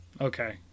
Okay